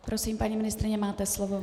Prosím, paní ministryně, máte slovo.